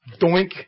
Doink